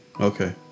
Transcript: okay